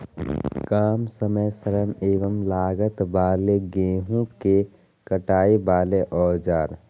काम समय श्रम एवं लागत वाले गेहूं के कटाई वाले औजार?